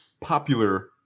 popular